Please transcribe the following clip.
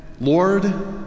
lord